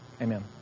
Amen